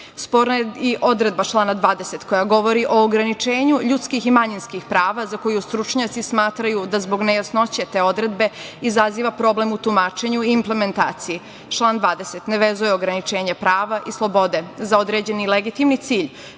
prava. Sporna je i odredba člana 20. koja govori o ograničenju ljudskih i manjinskih prava za koju stručnjaci smatraju da zbog nejasnoće te odredbe izaziva problem u tumačenju i implementaciji. Član 20. ne vezuje ograničenje prava i slobode za određeni legitimni cilj,